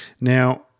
Now